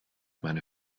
meine